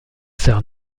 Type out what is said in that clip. sœurs